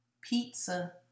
Pizza